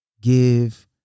Give